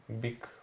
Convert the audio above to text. Big